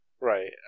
Right